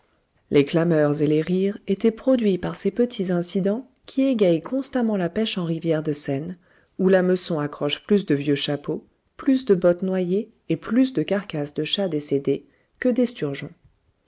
les clameurs et les rires étaient produits par ces petits incidents qui égayent constamment la pêche en rivière de seine où l'hameçon accroche plus de vieux chapeaux plus de bottes noyées et plus de carcasses de chats décédés que